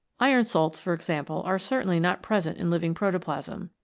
iron salts, for example, are certainly not present in living protoplasm,